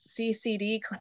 CCD